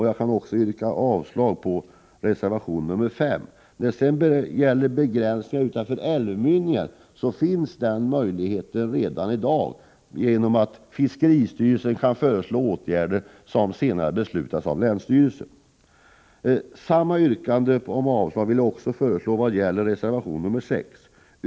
Jag yrkar avslag på reservation nr 5. När det sedan gäller begränsningar av fisket utanför älvmynningar har man redan i dag möjlighet att åstadkomma sådana. Fiskeristyrelsens förslag till åtgärder kan nämligen resultera i beslut av länsstyrelsen. Jag yrkar avslag även på reservation nr 6.